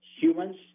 humans